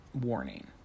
warning